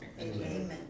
Amen